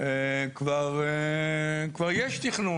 כבר יש תכנון,